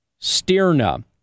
Stirna